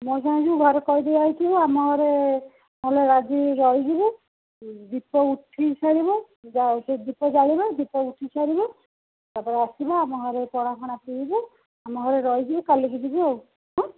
ମୋ ସାଙ୍ଗେ ଯିବୁ ଘରେ କହିଦେଇ ଆସିଥିବୁ ଆମ ଘରେ ନହେଲେ ଆଜି ରହିଯିବୁ ଦୀପ ଉଠିସାରିବ ଦୀପ ଜାଳିବା ଦୀପ ଉଠିସାରିବ ତାପରେ ଆସିବା ଆମ ଘରେ ପଣା ଫଣା ପିଇବୁ ଆମ ଘରେ ରହିକି କାଲିକି ଯିବୁ ଆଉ ହାଁ